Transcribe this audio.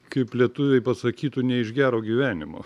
kaip lietuviai pasakytų ne iš gero gyvenimo